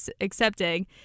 accepting